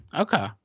okay